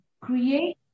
Create